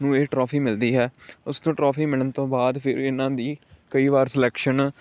ਨੂੰ ਇਹ ਟਰੋਫੀ ਮਿਲਦੀ ਹੈ ਉਸਨੂੰ ਟਰੋਫੀ ਮਿਲਣ ਤੋਂ ਬਾਅਦ ਫਿਰ ਇਹਨਾਂ ਦੀ ਕਈ ਵਾਰ ਸਲੈਕਸ਼ਨ